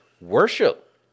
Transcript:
worship